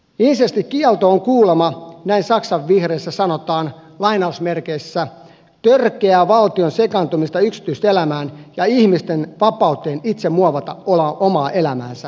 insestikielto on kuulemma näin saksan vihreissä sanotaan törkeää valtion sekaantumista yksityiselämään ja ihmisten vapauteen itse muovata omaa elämäänsä